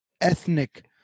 ethnic